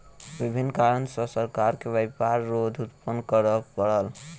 विभिन्न कारण सॅ सरकार के व्यापार रोध उत्पन्न करअ पड़ल